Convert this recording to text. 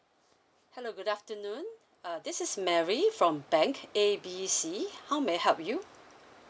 hello good afternoon uh this is mary from bank A B C how may I help you